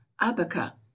abaca